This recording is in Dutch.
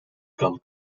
kan